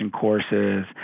courses